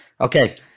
Okay